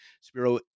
Spiro